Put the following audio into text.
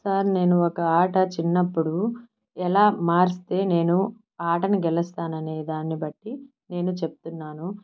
sir నేను ఒక ఆట చిన్నప్పుడు ఎలా మారిస్తే నేను ఆటను గెలుస్తాననే దాన్నిబట్టి నేను చెప్తున్నాను